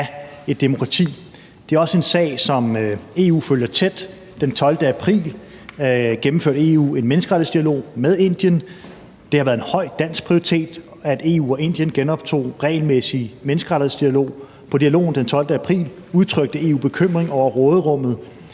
et demokrati. Det er også en sag, som EU følger tæt. Den 12. april gennemførte EU en menneskerettighedsdialog med Indien. Det har været en høj prioritet fra dansk side, at EU og Indien genoptog regelmæssig menneskerettighedsdialog. På dialogen den 12. april udtrykte EU bekymring over råderummet